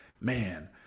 man